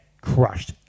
crushed